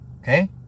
okay